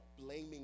blaming